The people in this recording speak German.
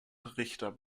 richter